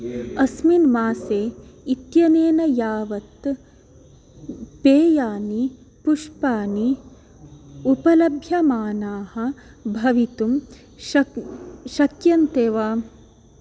अस्मिन् मासे इत्यनेन यावत् पेयानि पुष्पानि उपलभ्यमानाः भवितुं शक् शक्यन्ते वा